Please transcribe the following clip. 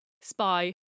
spy